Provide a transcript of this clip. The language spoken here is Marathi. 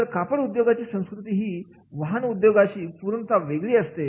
तर कापड उद्योगाची संस्कृती ही वाहन उद्योगाक्षा पूर्णतः वेगळी असते